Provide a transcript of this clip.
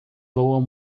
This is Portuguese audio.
voam